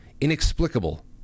inexplicable